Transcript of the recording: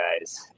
guys